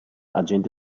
agente